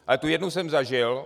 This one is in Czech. Ale tu jednu jsem zažil.